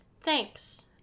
Thanks